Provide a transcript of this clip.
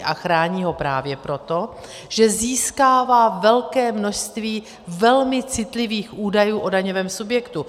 A chrání ho právě proto, že získává velké množství velmi citlivých údajů o daňovém subjektu.